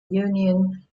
union